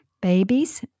babies